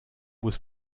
was